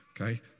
okay